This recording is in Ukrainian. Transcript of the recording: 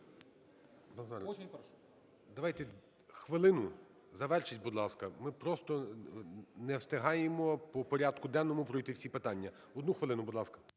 Давайте хвилину, завершіть, будь ласка. Ми просто не встигаємо по порядку денному пройти всі питання. Одну хвилину, будь ласка.